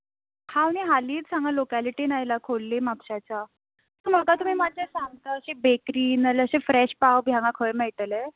हांव न्हय हालींच हांगा लॉकेलिटींत आयलां खोर्लीं म्हापशाच्या म्हाका तुमी मातशे सांगता अशी बेकरी ना जाल्यार फ्रेश पांव बी हांगा खंय मेळटले